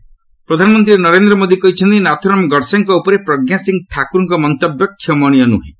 PM Sadhvi ପ୍ରଧାନମନ୍ତ୍ରୀ ନରେନ୍ଦ୍ର ମୋଦି କହିଛନ୍ତି ନାଥୁରାମ ଗଡ଼ସେଙ୍କ ଉପରେ ପ୍ରଜ୍ଞା ସିଂହ ଠାକ୍ରରଙ୍କ ମନ୍ତବ୍ୟ କ୍ଷମଣିୟ ନ୍ରହେଁ